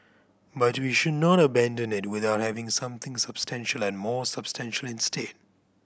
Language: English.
but we should not abandon it without having something substantial and more substantial instead